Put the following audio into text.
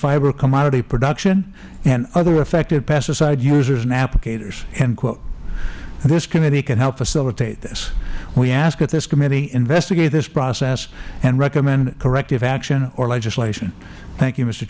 fiber commodity production and other affected pesticide users and applicators this committee can help facilitate this we ask that this committee investigate this process and recommend corrective action or legislation thank you mis